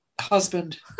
husband